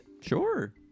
Sure